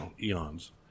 eons